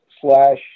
slash